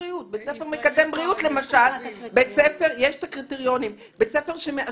מקדם בריאות למשל, יש את הקריטריונים.